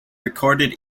recorded